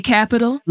Capital